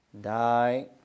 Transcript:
die